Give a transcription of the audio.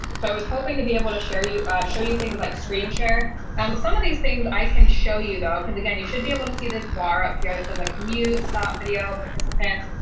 so i was hoping to be able to share you show you things like screen share um some of these things i can show you though, because again, you should be able to see this bar up here that says like mute stop video participants.